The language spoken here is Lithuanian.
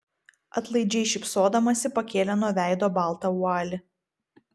atlaidžiai šypsodamasi pakėlė nuo veido baltą vualį